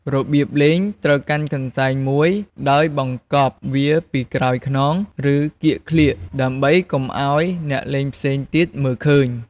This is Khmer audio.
របៀបលេងត្រូវកាន់កន្សែងមួយ ដោយបង្កប់វាពីក្រោយខ្នង ឬកៀកក្លៀក ដើម្បីកុំឱ្យអ្នកលេងផ្សេងទៀតមើលឃើញ។